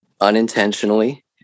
unintentionally